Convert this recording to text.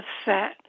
upset